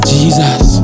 Jesus